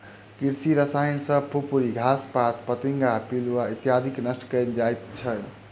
कृषि रसायन सॅ फुफरी, घास पात, फतिंगा, पिलुआ इत्यादिके नष्ट कयल जाइत छै